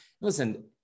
listen